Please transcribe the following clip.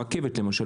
רכבת למשל,